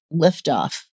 liftoff